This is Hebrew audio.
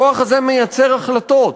הכוח הזה מייצר החלטות.